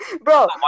bro